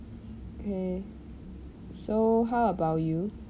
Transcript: K so how about you